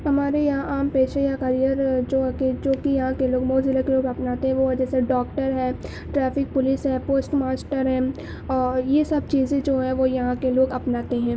ہمارے یہاں عام پیشے کا کیریئر جو کہ جو کہ یہاں کے لوگ مئو ضلعے کے لوگ اپناتے ہیں وہ ہے جیسے ڈاکٹر ہے ٹریفک پولس ہے پوسٹ ماسٹر ہے اور یہ سب چیزیں جو ہے وہ یہاں کے لوگ اپناتے ہیں